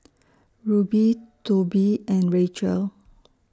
Rube Tobie and Rachel